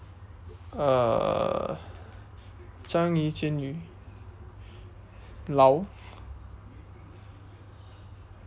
uh 樟宜监狱牢